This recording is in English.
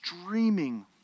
streaming